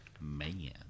Man